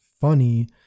funny